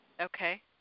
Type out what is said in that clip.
Okay